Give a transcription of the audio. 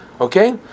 okay